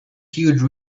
huge